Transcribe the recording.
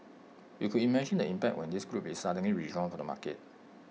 you could imagine the impact when this group is suddenly withdrawn from the market